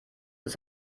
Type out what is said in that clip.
ist